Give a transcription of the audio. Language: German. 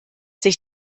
sich